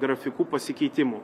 grafikų pasikeitimų